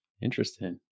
Interesting